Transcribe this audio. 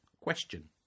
Question